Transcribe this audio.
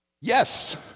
Yes